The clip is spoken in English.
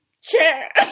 chair